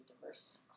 diverse